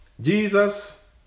Jesus